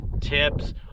tips